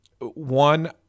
One